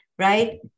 right